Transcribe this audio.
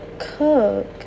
cook